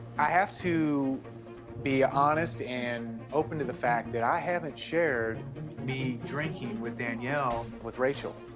i have to be honest and open to the fact that i haven't shared me drinking with danielle with rachel,